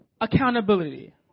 Accountability